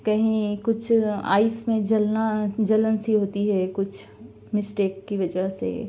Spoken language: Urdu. کہیں کچھ آئس میں جلنا جلن سی ہوتی ہے کچھ مسٹیک کی وجہ سے